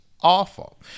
awful